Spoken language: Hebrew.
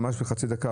ממש בחצי דקה,